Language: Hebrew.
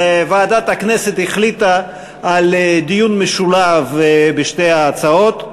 ועדת הכנסת החליטה על דיון משולב בשתי ההצעות.